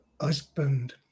husband